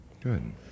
Good